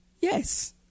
Yes